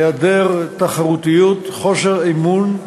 היעדר תחרותיות, חוסר אמון,